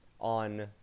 on